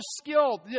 skilled